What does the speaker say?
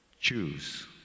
Choose